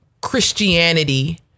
Christianity